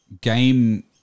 game